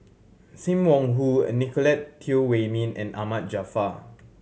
Sim Wong Hoo a Nicolette Teo Wei Min and Ahmad Jaafar